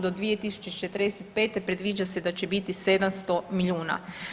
Do 2045. predviđa se da će biti 700 milijuna.